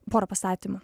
pora pastatymų